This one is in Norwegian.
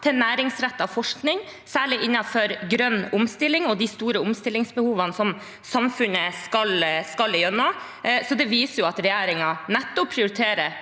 til næringsrettet forskning, særlig innenfor grønn omstilling og de store omstillingene som samfunnet skal gjennom. Det viser at regjeringen nettopp prioriterer